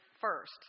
first